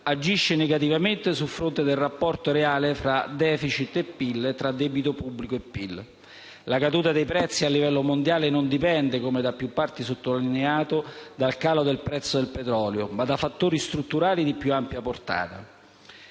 agisce negativamente sul fronte del rapporto reale tra *deficit* e PIL e tra debito pubblico e PIL. La caduta dei prezzi a livello mondiale non dipende, come da più parti sottolineato, dal calo del prezzo del petrolio, ma da fattori strutturali di più ampia portata.